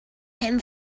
him